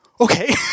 okay